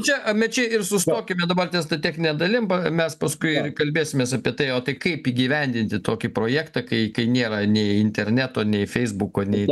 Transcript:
čia mečy ir sustokime dabar ties ta technine dalim mes paskui ir kalbėsimės apie tai o tai kaip įgyvendinti tokį projektą kai nėra nei interneto nei feisbuko nėra